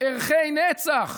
ערכי נצח